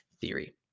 theory